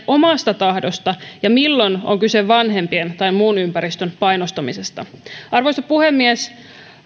omasta tahdosta ja milloin on kyse vanhempien tai muun ympäristön painostamisesta arvoisa puhemies